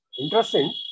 interesting